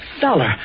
Dollar